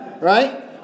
Right